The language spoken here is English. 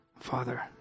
Father